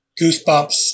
Goosebumps